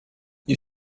you